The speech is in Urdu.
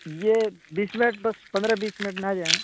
یہ بیس منٹ بس پندرہ بیس منٹ میں آجائیں گے